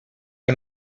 que